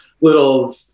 little